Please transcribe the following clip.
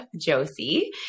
Josie